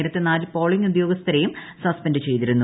നേരത്തെ നാല് പോളിങ് ഉദ്യോഗസ്ഥരെയും സസ്പെൻഡ് ചെയ്തിരുന്നു